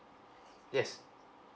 yes